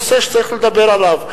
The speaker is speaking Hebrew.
נושא שצריך לדבר עליו.